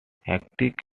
hectic